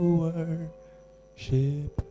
worship